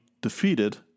defeated